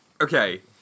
Okay